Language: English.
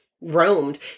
roamed